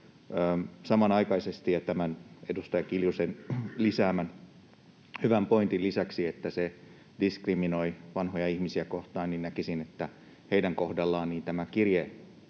Samanaikaisesti tämän edustaja Kiljusen lisäämän hyvän pointin lisäksi, että se diskriminoi vanhoja ihmisiä, näkisin, että heidän kohdallaan